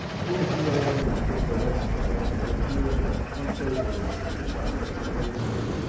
two or three old women put their heads together, and it appeared unfavorably to the prospects of deerslayer,